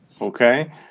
okay